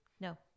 No